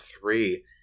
three